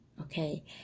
okay